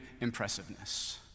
impressiveness